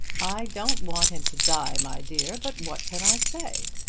i don't want him to die, my dear but what can i say?